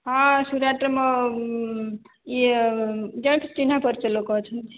ହଁ ସୁରଟରେ ମୋର ଇଏ ଜଣେ ଚିହ୍ନା ପରିଚୟ ଲୋକ ଅଛନ୍ତି